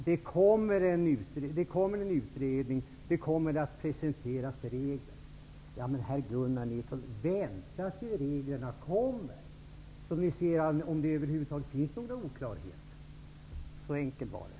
Herr talman! Gunnar Nilsson säger att utredningen kommer att presentera regler. Ja, men herr Gunnar Nilsson, vänta tills reglerna kommer. Inte förrän då kan ni ju se om det över huvud taget finns några oklarheter. Så enkelt är det!